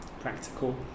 Practical